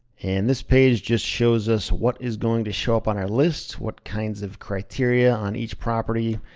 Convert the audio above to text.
and this page just shows us what is going to show up on our lists, what kinds of criteria on each property,